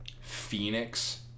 Phoenix